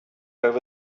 over